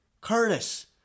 Curtis